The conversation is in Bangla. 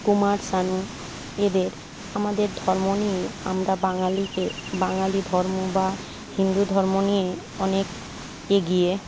কুমার শানু এদের আমাদের ধর্ম নিয়ে আমরা বাঙালিকে বাঙালি ধর্ম বা হিন্দু ধর্ম নিয়ে অনেক এগিয়ে